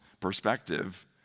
perspective